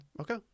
Okay